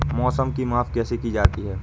मौसम की माप कैसे की जाती है?